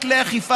איפה